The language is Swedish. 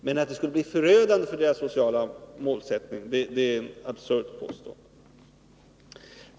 Men att det skulle bli förödande för den sociala målsättningen är ett absurt påstående.